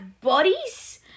bodies